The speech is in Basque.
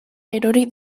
erori